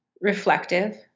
reflective